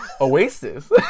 Oasis